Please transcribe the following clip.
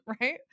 right